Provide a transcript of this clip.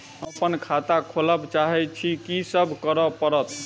हम अप्पन खाता खोलब चाहै छी की सब करऽ पड़त?